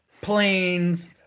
planes